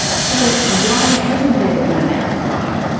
so why hasn't there been an outcry?